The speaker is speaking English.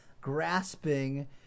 grasping